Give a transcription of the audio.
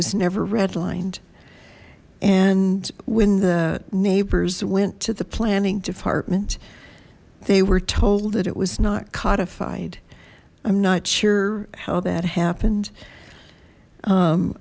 was never redlined and when the neighbors went to the planning department they were told that it was not codified i'm not sure how that happened